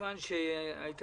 מכיוון שהועבר